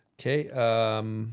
okay